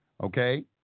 Okay